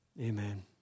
Amen